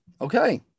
Okay